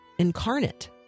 Incarnate